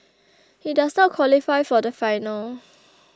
he does not qualify for the final